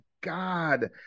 god